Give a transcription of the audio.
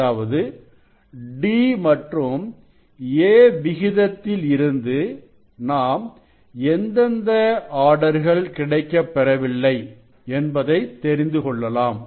அதாவது d மற்றும் a விகிதத்தில் இருந்து நாம் எந்தெந்த ஆர்டர்கள் கிடைக்கப்பெறவில்லை என்பதை தெரிந்து கொள்ளலாம்